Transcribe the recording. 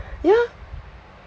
yeah